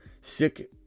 sick